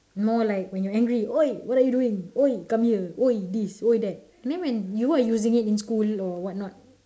more like when you are angry !oi! what are you doing !oi! come here !oi! this !oi! that then when you are using it in school or what not